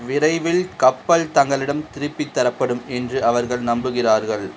விரைவில் கப்பல் தங்களிடம் திருப்பித் தரப்படும் என்று அவர்கள் நம்புகிறார்கள்